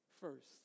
first